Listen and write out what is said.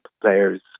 players